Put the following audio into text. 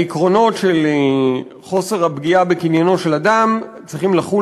העקרונות של חוסר הפגיעה צריכים לחול